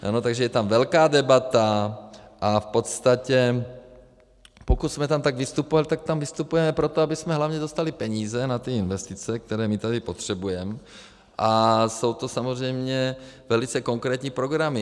Ano, takže je tam velká debata, a v podstatě pokud jsme tam tak vystupovali, tak tam vystupujeme proto, abychom hlavně dostali peníze na ty investice, které my tady potřebujeme, a jsou to samozřejmě velice konkrétní programy.